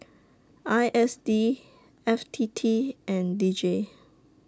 I S D F T T and D J